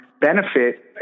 benefit